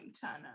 Turner